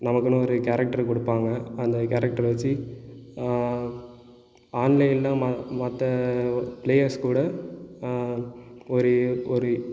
நமக்குன்னு ஒரு கேரக்ட்டர் கொடுப்பாங்க அந்த கேரக்ட்டரை வச்சு அ ஆன்லைனில் மற்ற பிளேயர்ஸ் கூட அ ஒரு ஒரு